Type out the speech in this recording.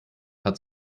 hat